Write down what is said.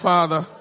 Father